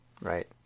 right